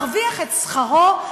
מרוויח את שכרו,